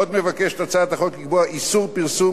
עוד מבקשת הצעת החוק לקבוע איסור פרסום,